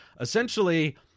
Essentially